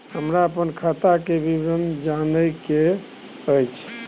हमरा अपन खाता के विवरण जानय के अएछ?